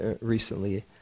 recently